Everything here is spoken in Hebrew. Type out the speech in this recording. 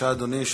בבקשה, אדוני.